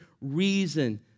reason